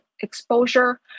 exposure